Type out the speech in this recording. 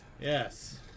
Yes